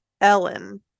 Ellen